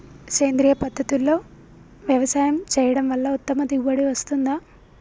సేంద్రీయ పద్ధతుల్లో వ్యవసాయం చేయడం వల్ల ఉత్తమ దిగుబడి వస్తుందా?